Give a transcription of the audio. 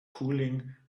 cooling